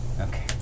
okay